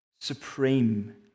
supreme